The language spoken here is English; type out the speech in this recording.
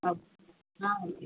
okay